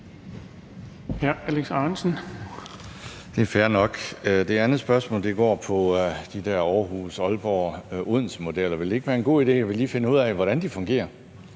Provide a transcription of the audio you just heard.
Det er fair nok. Det andet spørgsmål går på de der Aalborg-, Aarhus- og Odensemodeller. Vil det ikke være en god idé, at vi lige finder ud af, hvordan de fungerer?